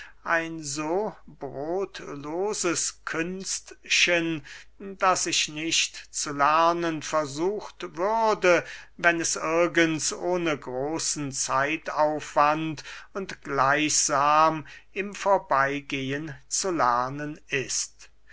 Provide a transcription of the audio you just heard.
ein so brotloses künstchen das ich nicht zu lernen versucht würde wenn es irgends ohne großen zeitaufwand und gleichsam im vorbeygeben zu erlernen ist